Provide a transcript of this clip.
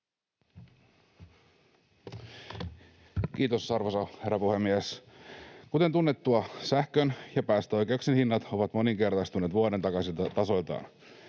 Kiitos, arvoisa herra puhemies! Kuten tunnettua, sähkön ja päästöoikeuksien hinnat ovat moninkertaistuneet vuoden takaisilta tasoiltaan.